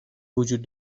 وجود